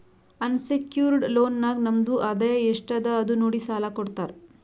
unsecured loan ನಾಗ್ ನಮ್ದು ಆದಾಯ ಎಸ್ಟ್ ಅದ ಅದು ನೋಡಿ ಸಾಲಾ ಕೊಡ್ತಾರ್